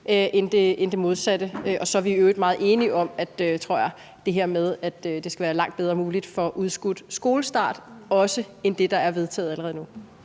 end det modsatte. Så er vi i øvrigt meget enige om, tror jeg, det her med, at det i langt højere grad skal være muligt med udskudt skolestart, også yderligere end det, der er vedtaget allerede nu.